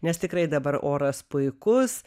nes tikrai dabar oras puikus